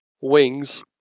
wings